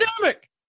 pandemic